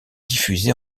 diffusée